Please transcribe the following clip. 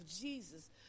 Jesus